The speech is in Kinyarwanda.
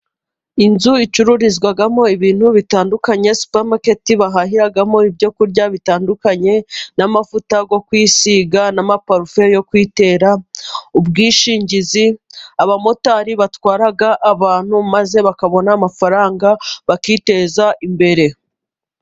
Inzu icururizwamo ibintu bitandukanye supamaketi bahahiramo ibyo kurya bitandukanye n'amavuta yo kwiyisiga n'amaparufe yo kwitera ubwishingizi. Abamotari batwara abantu maze bakabona amafaranga bakiteza imbere.